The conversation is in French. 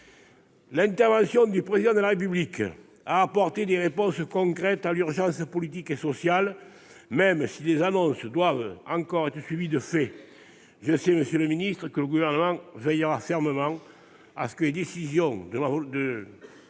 L'intervention du Président de la République a apporté des réponses concrètes à l'urgence politique et sociale, même si les annonces doivent encore se transformer en actes. Je sais, monsieur le secrétaire d'État, que le Gouvernement veillera fermement à ce que les décisions du Président